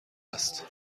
است